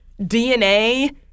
DNA